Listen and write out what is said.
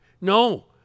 No